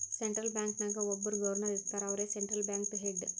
central bank ನಾಗ್ ಒಬ್ಬುರ್ governor ಇರ್ತಾರ ಅವ್ರೇ ಸೆಂಟ್ರಲ್ ಬ್ಯಾಂಕ್ದು ಹೆಡ್